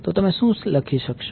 તો તમે શું લખી શકશો